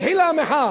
התחילה המחאה